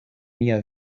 mia